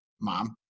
mom